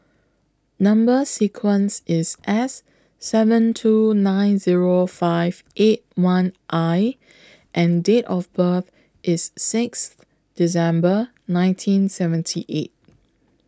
Number sequence IS S seven two nine Zero five eight one I and Date of birth IS six December nineteen seventy eight